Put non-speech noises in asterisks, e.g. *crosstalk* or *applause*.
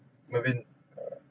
mervyn *noise*